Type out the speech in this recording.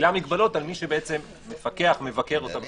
מטילה מגבלות על מי שמפקח ומבקר אותה וכדומה.